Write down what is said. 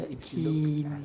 qui